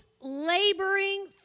laboring